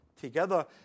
together